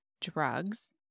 drugs